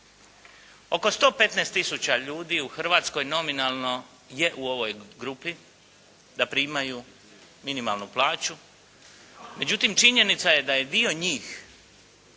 Oko 115 tisuća ljudi u Hrvatskoj nominalno je u ovoj grupi da primaju minimalnu plaću. Međutim, činjenica je da je dio njih